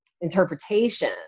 interpretation